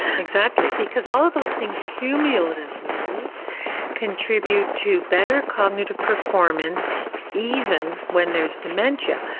exactly because all of those things cumulatively contribute to better cognitive performance even when there's dementia.